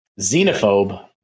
xenophobe